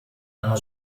hanno